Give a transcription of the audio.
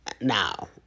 now